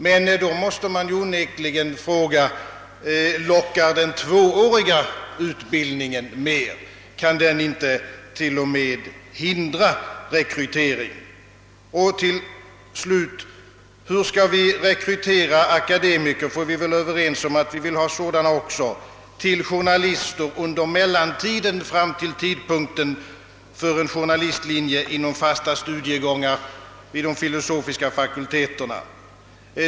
Men då måste man onekligen fråga: Lockar den tvååriga utbildningen mer? — Kan den inte tvärtom ytterligare hindra rekrytering? Och till slut: Hur skall vi rekrytera akademiker — ty vi är väl överens om att vi vill ha sådana också — till journalistyrket under mellantiden, fram till tidpunkten för inrättandet av en jourlistlinje inom fasta studiegångar vid de filosofiska fakulteterna?